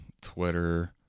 Twitter